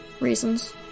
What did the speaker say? reasons